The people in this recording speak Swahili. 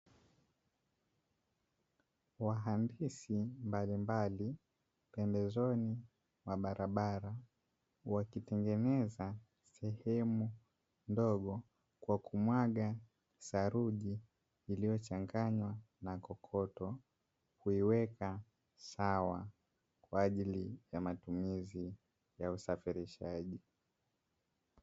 Wahandisi mbalimbali pembezoni mwa barabara wakitengeneza sehemu ndogo kwa kumwaga theruji, iliyochanganywa na kokoto kuiweka sawa kwa ajili ya matumizi ya usafirishaji.